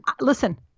listen